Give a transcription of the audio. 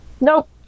nope